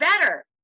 better